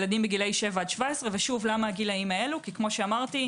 ילדים בני 9 עד 17 שיטת המבצע ילדים